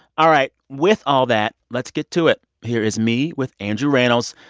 all right. with all that, let's get to it. here is me with andrew rannells.